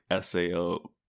sao